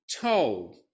told